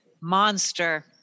Monster